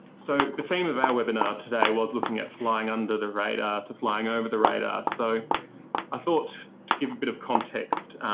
so the theme of our webinar today was looking at flying under the radar to flying over the radar. so i thought to give a bit of context,